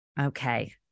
Okay